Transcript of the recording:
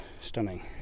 stunning